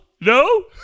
No